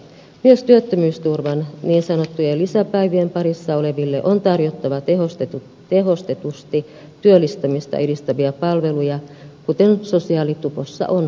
myös työttömyysturvan niin sanottujen lisäpäivien parissa oleville on tarjottava tehostetusti työllistämistä edistäviä palveluja kuten sosiaalitupossa on sovittu